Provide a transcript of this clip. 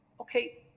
okay